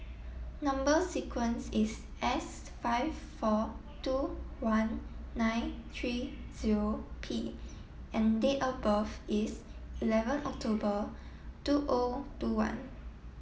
number sequence is S five four two one nine three zero P and date of birth is eleven October two O two one